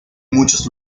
muchos